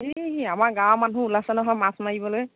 এই আমাৰ গাঁৱৰ মানুহ ওলাইছে নহয় মাছ মাৰিবলৈ